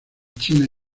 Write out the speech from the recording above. chinas